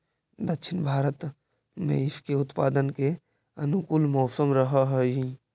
दक्षिण भारत में इसके उत्पादन के अनुकूल मौसम रहअ हई